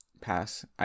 pass